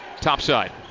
topside